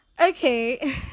Okay